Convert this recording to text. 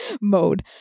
mode